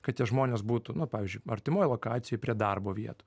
kad tie žmonės būtų nu pavyzdžiui artimoj lokacijoj prie darbo vietų